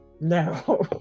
no